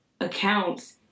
accounts